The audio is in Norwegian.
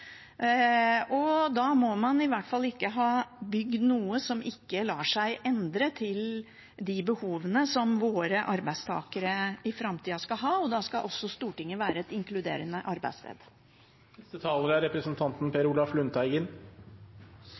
Da må man i hvert fall ikke ha bygd noe som ikke lar seg endre til de behovene som våre arbeidstakere i framtida skal ha – og da skal også Stortinget være et inkluderende arbeidssted. Jeg er